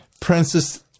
Princess